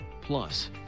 Plus